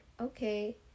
okay